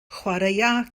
chwaraea